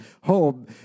home